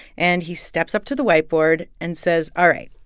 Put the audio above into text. and he steps up to the whiteboard and says, all right,